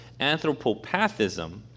anthropopathism